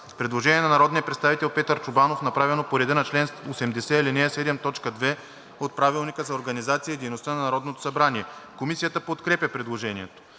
Предложение на народния представител Петър Чобанов, направено по реда на чл. 80, ал. 7, т. 2 от Правилника за организацията и дейността на Народното събрание. Комисията подкрепя предложението.